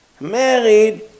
married